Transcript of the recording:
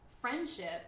friendship